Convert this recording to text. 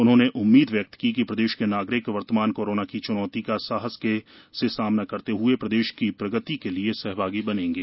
उन्होंने उम्मीद व्यक्त की है कि प्रदेश के नागरिक वर्तमान कोरोना की चुनौती का साहस से सामना करते हुए प्रदेश की प्रगति के लिए सहमागी बनेंगे